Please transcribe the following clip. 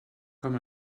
com